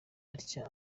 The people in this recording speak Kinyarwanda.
atya